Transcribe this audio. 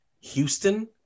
Houston